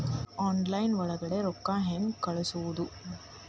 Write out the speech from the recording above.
Online ಒಳಗಡೆ ರೊಕ್ಕ ಹೆಂಗ್ ಕಳುಹಿಸುವುದು?